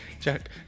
Jack